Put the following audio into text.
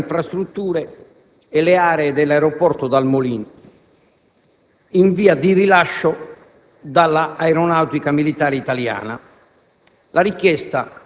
ad utilizzare le infrastrutture e le aree dell'aeroporto Dal Molin, in via di rilascio dall'Aeronautica militare italiana.